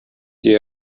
die